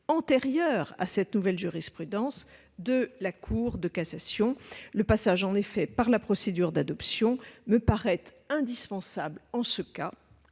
antérieure à cette nouvelle jurisprudence de la Cour de cassation. Le passage par la procédure d'adoption me paraît indispensable en ce cas,